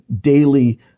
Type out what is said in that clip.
daily